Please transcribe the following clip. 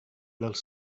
dels